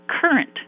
current